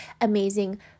amazing